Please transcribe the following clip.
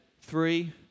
three